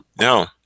no